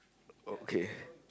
okay